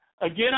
Again